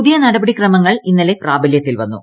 പുതിയ നടപടി ക്രമങ്ങൾ ഇന്നലെ പ്രാബല്യത്തിൽ വന്നു